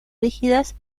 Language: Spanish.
rígidas